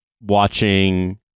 watching